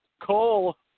Cole